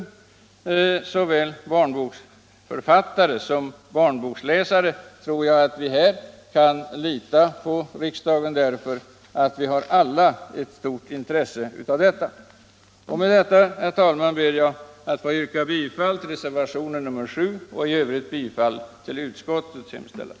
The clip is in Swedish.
Jag tror att såväl barnboksförfattare som barnboksläsare kan lita på riksdagen därför att vi alla har ett stort intresse av denna fråga. Med detta, herr talman, ber jag att få yrka bifall till reservationen 7. I övrigt yrkar jag bifall till vad utskottet hemställt.